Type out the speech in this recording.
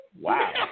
Wow